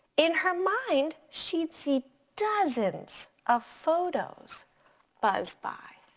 in her mind she'd see dozens of photos buzz by.